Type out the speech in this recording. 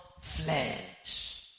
flesh